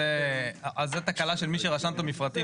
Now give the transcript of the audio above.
אז זה תקלה של מי שרשם את המפרטים.